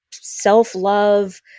self-love